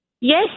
Yes